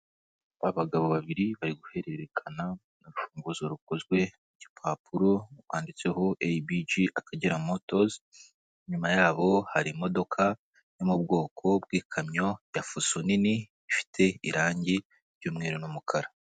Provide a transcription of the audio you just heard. Abagabo babiri bari guhererekana rufunguzo rukozwe mu gipapuro, rwanditseho eyibigi akagera motozi, inyuma yabo hari imodoka yo mu bwoko bw'ikamyo ya fuso nini, ifite irangi ry'umweru n'umukara.